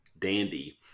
dandy